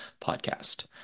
podcast